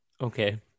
Okay